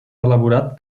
elaborat